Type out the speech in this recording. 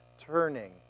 turning